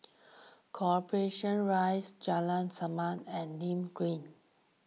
Corporation Rise Jalan Resak and Nim Green